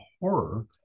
horror